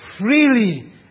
freely